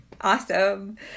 Awesome